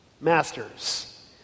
Masters